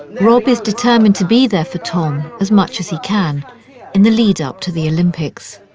rob is determined to be there for tom as much as he can in the lead up to the olympics.